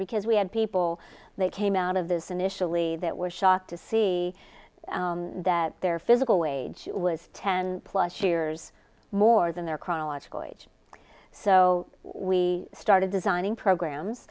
because we had people that came out of this initially that were shocked to see that their physical wage was ten plus years more than their chronological age so we started designing programs